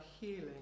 healing